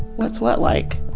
what's what like?